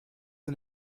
and